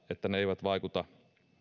että ne eivät vaikuta